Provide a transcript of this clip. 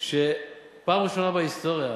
פעם ראשונה בהיסטוריה